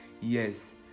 Yes